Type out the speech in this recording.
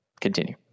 Continue